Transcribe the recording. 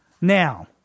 Now